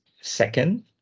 second